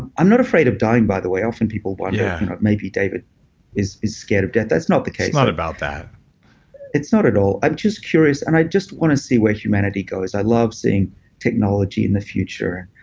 i'm not afraid of dying, by the way. often people wonder yeah but maybe david is is scared of death. that's not the case it's not about that it's not at all. i'm just curious and i just want to see where humanity goes. i love seeing technology in the future.